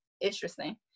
interesting